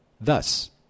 Thus